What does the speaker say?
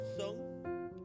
song